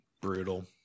Brutal